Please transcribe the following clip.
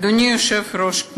אדוני היושב-ראש,